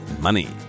Money